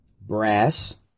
Brass